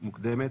מוקדמת,